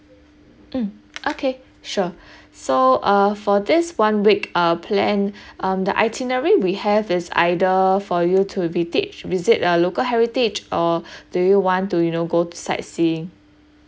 mm okay sure so uh for this one week uh plan um the itinerary we have is either for you to visit a local heritage or do you want to you know go sightseeing